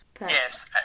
Yes